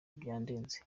byandenze